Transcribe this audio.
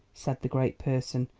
said the great person,